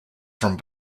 from